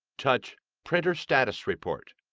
touch printer status report.